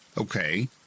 Okay